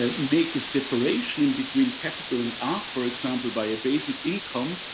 ah make a separation between capital and art for example by a basic income,